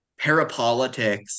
parapolitics